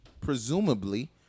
presumably